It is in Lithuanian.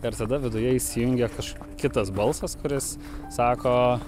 ir tada viduje įsijungia kaž kitas balsas kuris sako